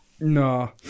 No